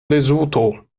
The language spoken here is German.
lesotho